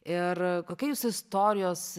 ir kokia jūsų istorijos